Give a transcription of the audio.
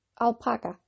alpaca